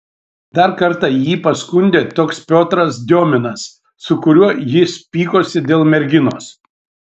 dar kartą jį paskundė toks piotras diominas su kuriuo jis pykosi dėl merginos